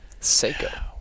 Seiko